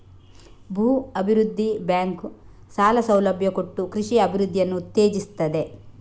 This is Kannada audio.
ಭೂ ಅಭಿವೃದ್ಧಿ ಬ್ಯಾಂಕು ಸಾಲ ಸೌಲಭ್ಯ ಕೊಟ್ಟು ಕೃಷಿಯ ಅಭಿವೃದ್ಧಿಯನ್ನ ಉತ್ತೇಜಿಸ್ತದೆ